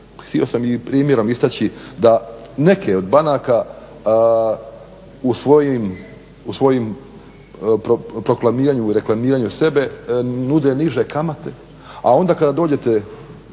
htio sam i primjerom istaći da neke od banaka u svojim proklamiranju, reklamiranju sebe nude niže kamate, a onda kada dođete